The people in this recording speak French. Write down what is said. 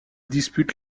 dispute